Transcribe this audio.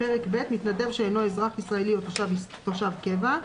פרק ב': מתנדב שאינו אזרח ישראלי או תושב קבע.